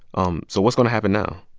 um so what's going to happen now?